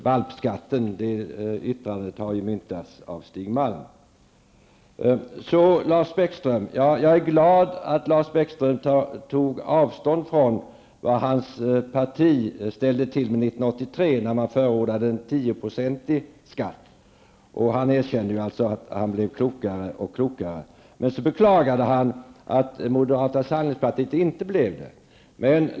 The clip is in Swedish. Uttrycket ''valpskatten'' har myntats av Jag är glad över att Lars Bäckström tog avstånd från vad hans parti ställde till med 1983 då det förordade 10 % i skatt. Han erkände att han blev klokare och klokare. Men han beklagar att moderata samlingspartiet inte blir det.